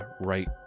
right